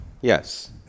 Yes